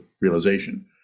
realization